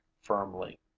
firmly